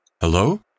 Hello